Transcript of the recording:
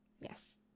yes